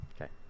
Okay